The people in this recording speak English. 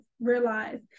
realize